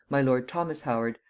my lord thomas howard,